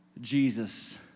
Jesus